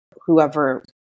whoever